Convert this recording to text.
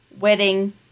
Wedding